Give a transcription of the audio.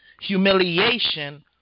Humiliation